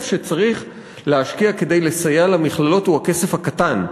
שצריך להשקיע כדי לסייע למכללות הוא הכסף הקטן.